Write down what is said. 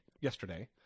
yesterday